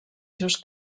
seus